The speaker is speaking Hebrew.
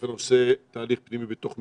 אפשר בהחלט לעשות את זה בתנאים שיבטיחו גם